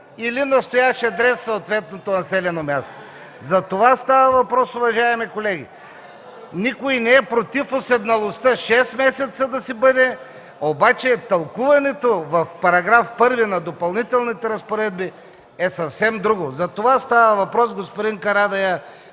или настоящ адрес в съответното населено място – за това става въпрос, уважаеми колеги. Никой не е против уседналостта да си бъде 6 месеца, обаче тълкуването в § 1 на Допълнителните разпоредби е съвсем друго. За това става въпрос, господин Карадайъ.